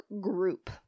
group